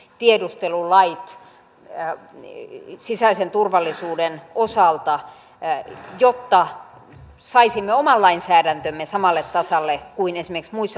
tiedustelu vain jää yli hyväksytyksi tiedustelulait sisäisen turvallisuuden osalta jotta saisimme oman lainsäädäntömme samalle tasolle kuin esimerkiksi muissa pohjoismaissa